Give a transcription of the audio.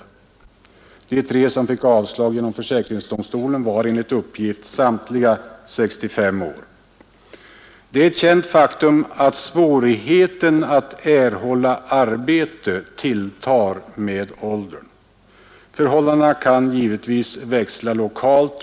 De tre pensionssökande som fick avslag genom försäkringsdomstolen var enligt uppgift samtliga 65 år. Det är ett känt faktum att svårigheten att erhälla arbete tilltar med åldern. Förhållandena kan givetvis växla lokalt.